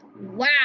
Wow